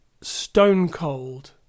stone-cold